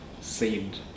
saved